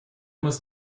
muss